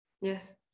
Yes